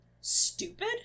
stupid